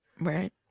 right